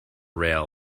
rail